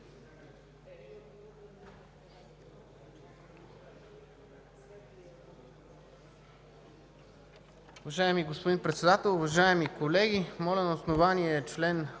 Уважаеми господин Председател, уважаеми колеги! Моля, на основание чл.